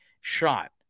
shot